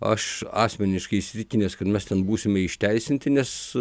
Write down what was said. aš asmeniškai įsitikinęs kad mes ten būsime išteisinti nes